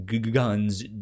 guns